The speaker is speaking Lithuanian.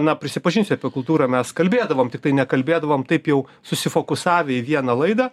na prisipažinsiu apie kultūrą mes kalbėdavom tiktai nekalbėdavom taip jau susifokusavę į vieną laidą